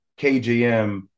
KJM